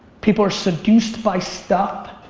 people are seduced by stuff.